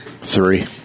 Three